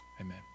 Amen